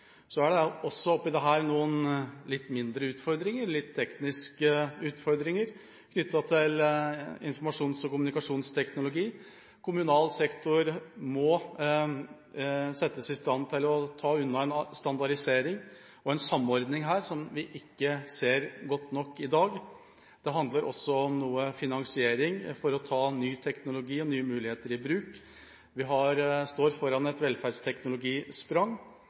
også oppi dette noen litt mindre utfordringer – tekniske utfordringer – knyttet til informasjons- og kommunikasjonsteknologi. Kommunal sektor må settes i stand til å ta unna en standardisering og samordning som vi ikke ser godt nok i dag. Det handler også noe om finansiering for å ta ny teknologi og nye muligheter i bruk. Vi står foran et velferdsteknologisprang.